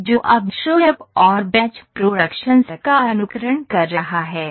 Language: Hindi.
यह जॉब शॉप और बैच प्रोडक्शंस का अनुकरण कर रहा है